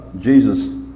Jesus